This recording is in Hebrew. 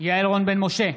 יעל רון בן משה,